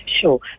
sure